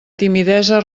timidesa